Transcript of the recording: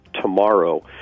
tomorrow